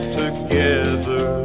together